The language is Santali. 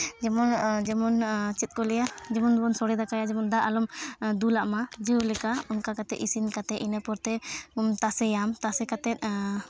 ᱡᱮᱢᱚᱱ ᱡᱮᱢᱚᱱ ᱪᱮᱫ ᱠᱚ ᱞᱟᱹᱭᱟ ᱡᱮᱢᱚᱱ ᱵᱚᱱ ᱥᱳᱲᱮ ᱫᱟᱠᱟᱭᱟ ᱡᱮᱢᱚᱱ ᱫᱟᱜ ᱟᱞᱚᱢ ᱫᱩᱞᱟᱜ ᱢᱟ ᱚᱱᱠᱟ ᱠᱟᱛᱮᱫ ᱤᱥᱤᱱ ᱠᱟᱛᱮᱫ ᱤᱱᱟᱹ ᱯᱚᱨᱛᱮ ᱛᱟᱥᱮᱭᱟᱢ ᱛᱟᱥᱮ ᱠᱟᱛᱮᱫ